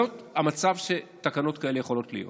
זה המצב שבו תקנות כאלה יכולות להיות.